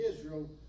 Israel